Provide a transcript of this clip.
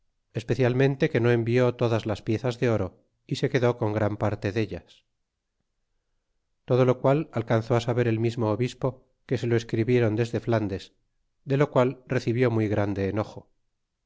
especialmente que no envió todas las piezas de oro é se quedó con gran parte dellas todo lo qual alcanzó saber el mismo obispo que se lo escribiéron desde flandes de lo qual recibió muy grande enojo